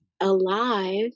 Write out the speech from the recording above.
alive